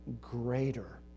greater